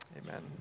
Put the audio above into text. Amen